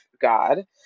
God